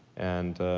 and